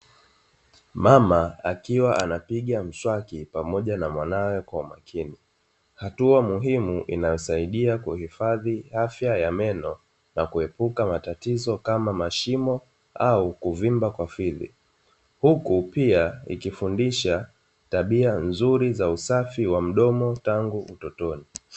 Mama akiwa anapiga mswaki pamoja na mwanae kwa makini, hatua muhimu inayosaidia kuhifadhi afya ya meno, na kuepuka matatizo kama mashimo au kuvimba kwa fizi. Huku pia ikifundisha tabia nzuri za usafi wa mdomo tangu utotoni.